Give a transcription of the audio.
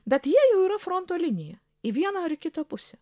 bet jie jau yra fronto linija į vieną ar į kitą pusę